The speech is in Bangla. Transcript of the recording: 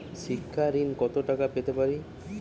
শিক্ষা ঋণ কত টাকা পেতে পারি?